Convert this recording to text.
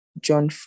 John